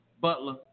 Butler